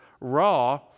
raw